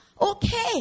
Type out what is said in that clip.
okay